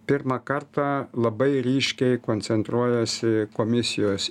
pirmą kartą labai ryškiai koncentruojasi komisijos